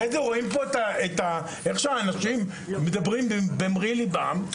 אחרי זה רואים איך אנשים מדברים במרי ליבם.